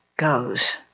goes